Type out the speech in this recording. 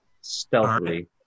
Stealthily